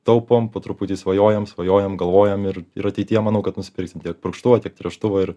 taupom po truputį svajojam svajojam galvojam ir ir ateityje manau kad nusipirksim tiek purkštuvą tiek tręštuvą ir